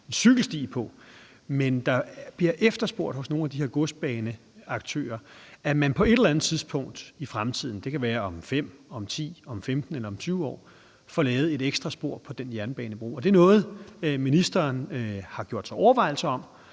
en cykelsti på. Men hos nogle af de her godsbaneaktører bliver der efterspurgt, at man på et eller andet tidspunkt i fremtiden – det kan være om 5, 10, 15 eller 20 år – får lavet et ekstra spor på den jernbanebro. Er det noget, ministeren har gjort sig overvejelser om?